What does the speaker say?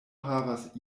havas